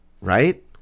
Right